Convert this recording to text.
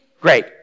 great